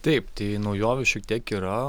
taip tai naujovių šiek tiek yra